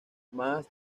más